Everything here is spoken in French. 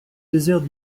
désert